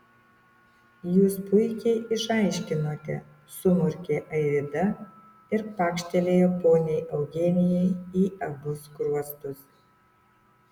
jūs puikiai išaiškinote sumurkė airida ir pakštelėjo poniai eugenijai į abu skruostus